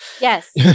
Yes